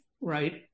right